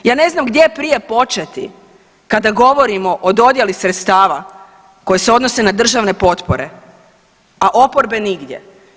Ja ne znam gdje prije početi kada govorimo o dodjeli sredstava koje se odnose na državne potpore, a oporbe nigdje.